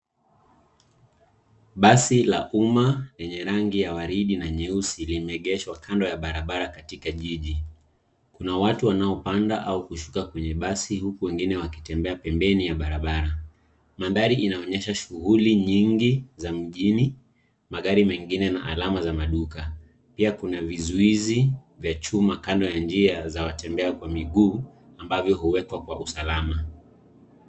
Basi la umma lenye rangi ya waridi na nyeusi limegeshwa kando ya barabara katika jiji ,kuna watu wanaopanda au kushuka kwenye basi huku wengine wakitembea pembeni ya barabara ,mandhari inaonyesha shughuli nyingi za mjini magari mengine na alama za maduka, pia kuna vizuizi vya chuma kando ya njia za watembea kwa miguu ambavyo huwekwa kwa usalama.